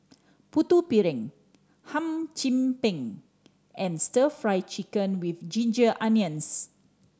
Putu Piring Hum Chim Peng and Stir Fry Chicken with ginger onions